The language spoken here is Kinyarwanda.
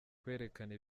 kwerekana